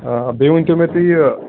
آ بیٚیہِ ؤنۍتو مےٚ تُہۍ یہِ